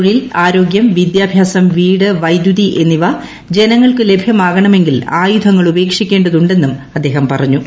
തൊഴിൽ ആരോഗൃം വിദ്യാഭ്യാസം വീട് വൈദ്യുതി എന്നിവ ജനങ്ങൾക്കു ലഭ്യമാകണമെങ്കിൽ ആയുധങ്ങൾ ഉപേക്ഷിക്കേണ്ടതുണ്ടെന്നും അദ്ദേഹം പറഞ്ഞു